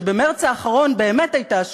שבמרס האחרון באמת הייתה שערורייה: